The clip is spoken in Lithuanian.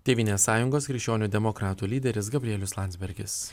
tėvynės sąjungos krikščionių demokratų lyderis gabrielius landsbergis